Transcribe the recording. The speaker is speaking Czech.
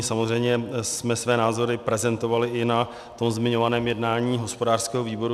Samozřejmě jsme své názory prezentovali i na tom zmiňovaném jednání hospodářského výboru.